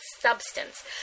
substance